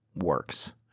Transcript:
works